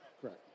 Correct